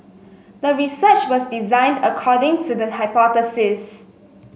the research was designed according to the hypothesis